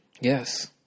Yes